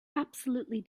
absolutely